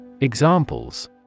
Examples